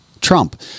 trump